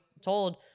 told